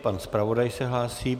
Pan zpravodaj se hlásí.